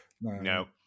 no